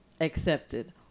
accepted